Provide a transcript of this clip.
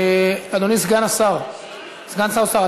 אדוני סגן שר האוצר,